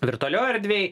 virtualioj erdvėj